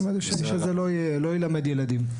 האיש הזה לא ילמד ילדים.